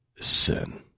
sin